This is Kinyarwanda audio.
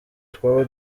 twaba